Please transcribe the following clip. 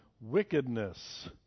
wickedness